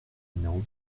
numéro